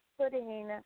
putting